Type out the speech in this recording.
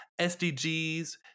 SDGs